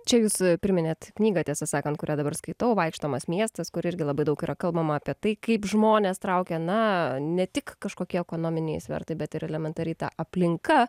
čia jūsų priminėt knygą tiesą sakant kurią dabar skaitau vaikštomas miestas kur irgi labai daug yra kalbama apie tai kaip žmones traukia na ne tik kažkokie ekonominiai svertai bet ir elementariai ta aplinka